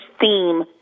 theme